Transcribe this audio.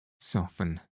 soften